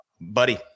buddy